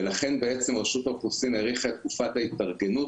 ולכן בעצם רשות האוכלוסין האריכה את תקופת ההתארגנות,